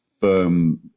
firm